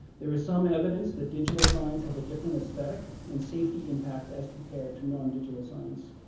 there is some evidence that digital signs have a different esthetic and safety impact as compared to nondigital signs.